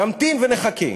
נמתין ונחכה.